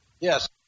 Yes